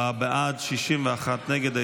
44 בעד, 61 נגד.